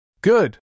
Good